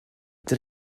did